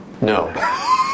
no